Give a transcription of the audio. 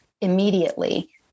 immediately